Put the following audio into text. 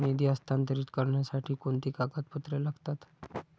निधी हस्तांतरित करण्यासाठी कोणती कागदपत्रे लागतात?